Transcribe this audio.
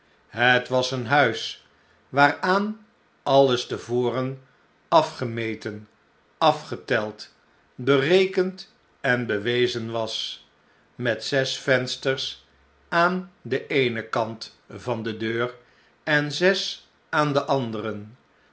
het was een huis waaraan alles te voren afgemeten afgeteld berekend en bewezen was met zes vensters aan den eenen kant van de dear en zes aan den anderen